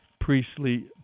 priestly